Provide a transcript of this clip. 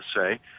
say